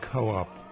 Co-op